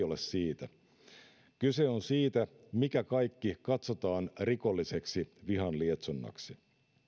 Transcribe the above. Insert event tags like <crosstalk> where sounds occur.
<unintelligible> ole siitä kyse on siitä mikä kaikki katsotaan rikolliseksi vihan lietsonnaksi